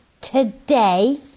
today